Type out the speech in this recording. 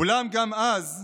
אולם גם אז,